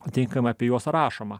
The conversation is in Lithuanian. aptinkama apie juos rašoma